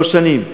לא שנים.